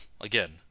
again